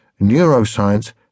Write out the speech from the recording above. Neuroscience